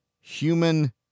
human